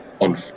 on